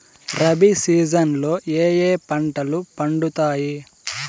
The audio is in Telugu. రబి సీజన్ లో ఏ ఏ పంటలు పండుతాయి